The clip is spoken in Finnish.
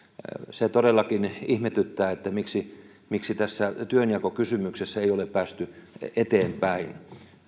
se todellakin ihmetyttää miksi miksi tässä työnjakokysymyksessä ei ole päästy eteenpäin